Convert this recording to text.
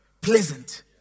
pleasant